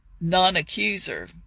non-accuser